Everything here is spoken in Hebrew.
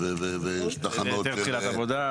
ותחנות --- היתר תחילת עבודה.